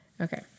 Okay